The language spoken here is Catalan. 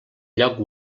lloc